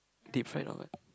deep fried or what